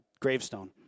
gravestone